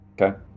Okay